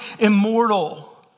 immortal